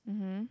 mmhmm